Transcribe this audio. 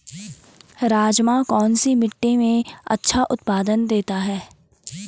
राजमा कौन सी मिट्टी में अच्छा उत्पादन देता है?